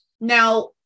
Now